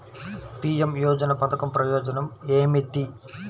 PM యోజన పధకం ప్రయోజనం ఏమితి?